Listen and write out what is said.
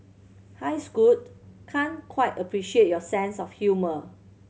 hi Scoot can't quite appreciate your sense of humour